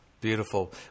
Beautiful